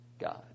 God